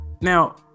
Now